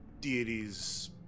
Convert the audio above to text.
deities